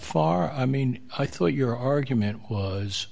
far i mean i thought your argument was